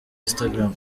instagram